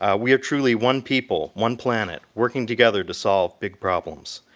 ah we are truly one people, one planet, working together to solve big problems.